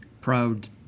proud